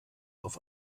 auf